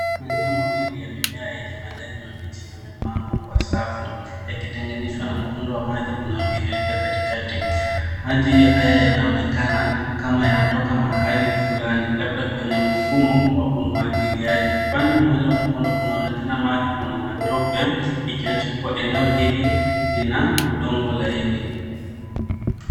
Maeneo mawili ya mimea yenye majani mabichi yamepangwa kwa safu yakitenganishwa na mkondo wa maji unaotiririka katikati. Maji haya yanaonekana kama yanatoka mahali fulani labda kwenye mfumo wa umwagiliaji. Upande mmoja wa mkondo unaonekana maji una matope, ikionyesha kuwa eneo hili lina udongo laini.